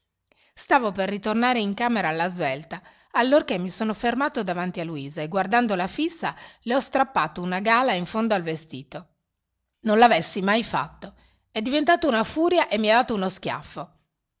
stavo per ritornare in camera alla svelta allorché mi sono fermato davanti a luisa e guardandola fissa le ho strappato una gala in fondo al vestito non l'avessi mai fatto è diventata una furia e mi ha dato uno schiaffo